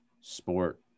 sport